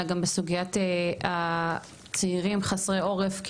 אלא גם בסוגיית צעירים חסרי העורף,